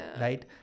right